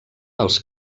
als